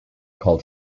called